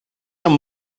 amb